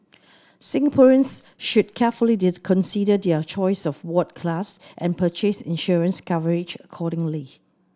Singaporeans should carefully consider their choice of ward class and purchase insurance coverage accordingly